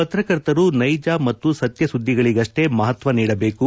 ಪತ್ರಕರ್ತರು ನೈಜ ಮತ್ತು ಸತ್ಯ ಸುದ್ದಿಗಳಗಷ್ಟೇ ಮಹತ್ವ ನೀಡಬೇಕು